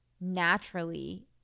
naturally